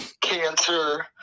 Cancer